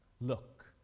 look